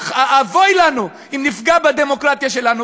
אבוי לנו אם נפגע בדמוקרטיה שלנו.